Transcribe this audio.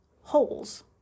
holes